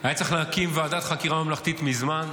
היה צריך להקים ועדת חקירה ממלכתית מזמן.